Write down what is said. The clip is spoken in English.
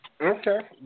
Okay